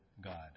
God